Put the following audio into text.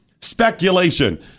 speculation